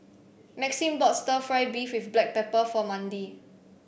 Maxim bought stir fry beef with Black Pepper for Mandi